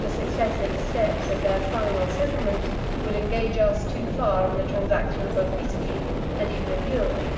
the successive steps of their final settlement would engage us too far in the transactions of italy and even of europe